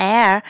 Air